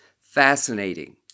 Fascinating